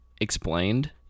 explained